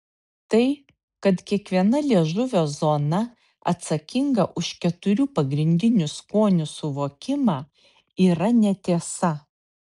tai kad kiekviena liežuvio zona atsakinga už keturių pagrindinių skonių suvokimą yra netiesa